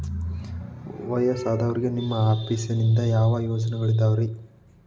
ವಯಸ್ಸಾದವರಿಗೆ ನಿಮ್ಮ ಆಫೇಸ್ ನಿಂದ ಯಾವ ಯೋಜನೆಗಳಿದಾವ್ರಿ?